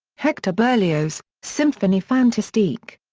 hector berlioz symphonie fantastique.